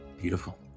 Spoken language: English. beautiful